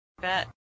Bet